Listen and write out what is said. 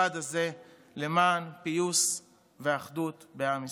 המכובד הזה למען פיוס ואחדות בעם ישראל.